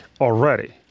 already